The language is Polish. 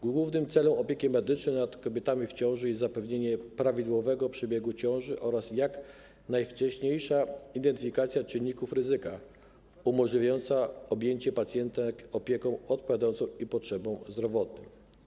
Głównym celem opieki medycznej nad kobietami w ciąży jest zapewnienie prawidłowego przebiegu ciąży oraz jak najwcześniejsza identyfikacja czynników ryzyka, umożliwiająca objęcie pacjentek opieką odpowiadającą ich potrzebom zdrowotnym.